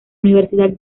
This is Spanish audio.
universidad